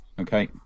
Okay